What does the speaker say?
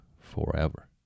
forever